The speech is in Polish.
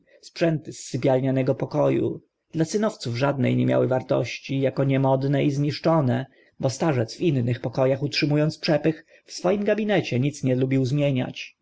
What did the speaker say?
sprzęty z sypialnego poko u dla synowców żadne nie miały wartości ako niemodne i zniszczone bo starzec w innych poko ach utrzymu ąc przepych w swoim gabinecie nic nie lubił zmieniać